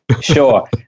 sure